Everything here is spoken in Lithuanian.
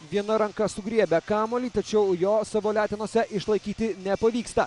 viena ranka sugriebę kamuolį tačiau jo savo letenose išlaikyti nepavyksta